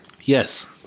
Yes